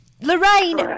Lorraine